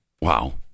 Wow